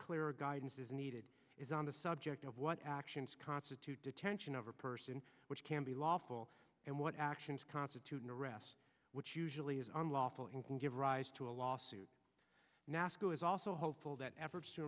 clearer guidance is needed is on the subject of what actions constitute detention of a person which can be lawful and what actions constitute an arrest which usually is unlawful and can give rise to a lawsuit nasco is also hopeful that efforts to